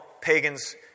pagans